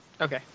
Okay